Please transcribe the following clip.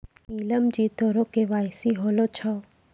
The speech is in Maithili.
नीलम जी तोरो के.वाई.सी होलो छौं?